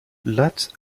lutz